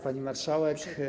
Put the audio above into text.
Pani Marszałek!